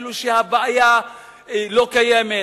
כאילו הבעיה לא קיימת,